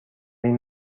این